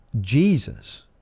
jesus